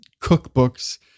cookbooks